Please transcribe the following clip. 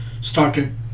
started